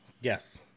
Yes